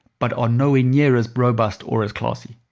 but are nowhere near as robust or as classy.